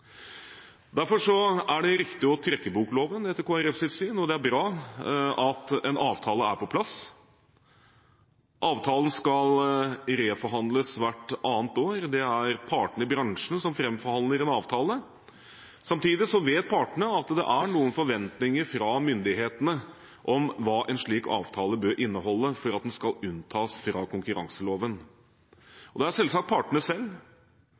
Derfor er det riktig å trekke bokloven, etter Kristelig Folkepartis syn, og det er bra at en avtale er på plass. Avtalen skal reforhandles hvert annet år. Det er partene i bransjen som framforhandler en avtale. Samtidig vet partene at det er noen forventninger fra myndighetene om hva en slik avtale bør inneholde for at den skal unntas fra konkurranseloven. Det er selvsagt partene selv